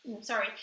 sorry